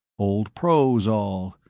old pros all.